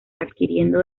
adquiriendo